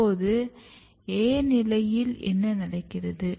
இப்போது A நிலையில் என்ன நடக்கிறது